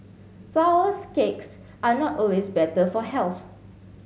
flour less cakes are not always better for health